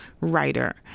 writer